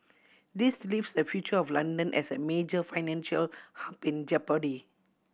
this leaves the future of London as a major financial hub in jeopardy